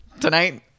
Tonight